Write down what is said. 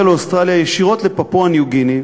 לאוסטרליה ישירות לפפואה ניו-גיני,